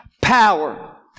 power